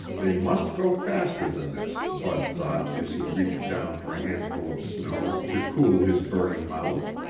they must go faster than this, bud thought as he reached down for a handful of snow to cool his burning mouth.